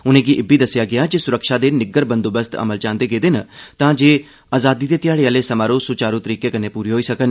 उनें'गी इब्बी दस्सेआ गेआ जे सुरक्षा दे निग्गर बंदोबस्त अमल च आंदे गेदे हे तांजे आजादी दे घ्याड़े आह्ले समारोह सुचारू तरीके कन्नै पूरे होई सकन